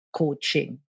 coaching